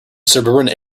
suburban